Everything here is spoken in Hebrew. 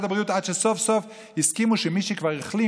הבריאות עד שסוף-סוף הסכימו שמי שכבר החלים,